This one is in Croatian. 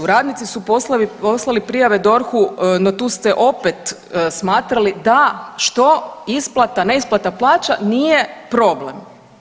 Radnici su poslali prijave DORH-u, no tu ste opet smatrali da, što, isplata, neisplata plaća nije problem.